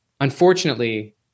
unfortunately